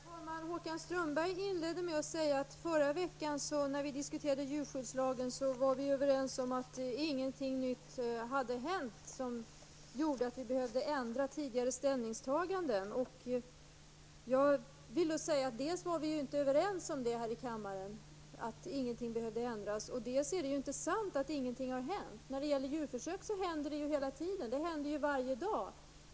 Herr talman! Håkan Strömberg inledde med att säga att vi under förra veckans diskussion om djurskyddslagen var överens om att det inte hänt något nytt som föranledde en ändring av tidigare ställningstaganden, men dels var vi ju inte överens om att ingenting behövde ändras, dels är det inte sant att det inte har hänt någonting. När det gäller djurförsök händer det någonting varje dag.